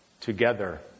together